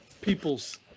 peoples